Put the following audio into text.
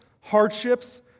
hardships